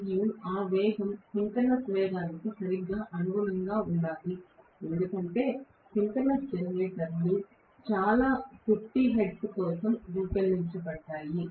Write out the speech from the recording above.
మరియు ఆ వేగం సింక్రోనస్ వేగానికి సరిగ్గా అనుగుణంగా ఉండాలి ఎందుకంటే సింక్రోనస్ జనరేటర్లు చాలా 50 హెర్ట్జ్ కోసం రూపొందించబడ్డాయి